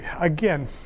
again